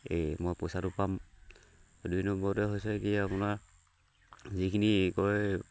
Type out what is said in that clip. এই মই পইচাটো পাম দুই নম্বৰতে হৈছে কি আপোনাৰ যিখিনি এই কয়